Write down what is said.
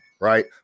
right